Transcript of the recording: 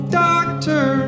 doctor